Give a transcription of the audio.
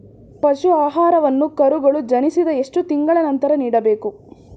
ಪಶು ಆಹಾರವನ್ನು ಕರುಗಳು ಜನಿಸಿದ ಎಷ್ಟು ತಿಂಗಳ ನಂತರ ನೀಡಬೇಕು?